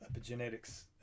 epigenetics